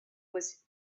was